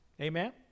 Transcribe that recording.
Amen